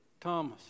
Thomas